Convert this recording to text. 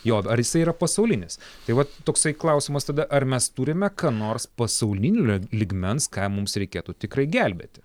jo ar jisai yra pasaulinis tai vat toksai klausimas tada ar mes turime ką nors pasaulinio lygmens ką mums reikėtų tikrai gelbėti